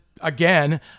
again